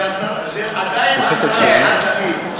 זה עדיין הסרת חסמים.